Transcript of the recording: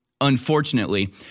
unfortunately